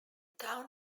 town